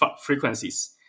frequencies